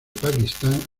pakistán